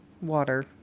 water